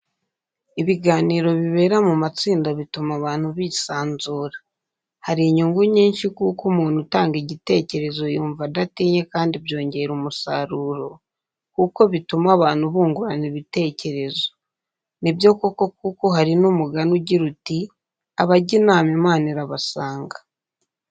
Ibiganiro bibera mu matsinda bituma abantu bisanzura. Hari inyungu nyinshi kuko umuntu utanga igitekerezo yumva adatinye kandi byongera umusaruro kuko bituma abantu bungurana ibitekerezo. Nibyo koko kuko hari ni umugani ugira uti "Abajya inama, Imana irabasanga!."